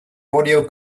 audio